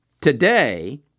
Today